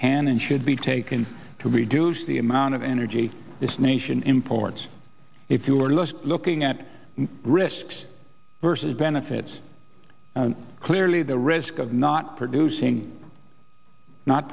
can and should be taken to reduce the amount of energy this nation imports if you are left looking at risks versus benefits clearly the risk of not producing not